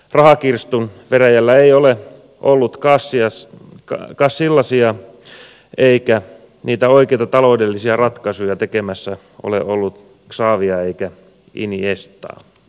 rahakirstun veräjällä ei ole ollut casillasia eikä oikeita taloudellisia ratkaisuja tekemässä ole ollut xavia eikä iniestaa